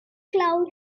cloud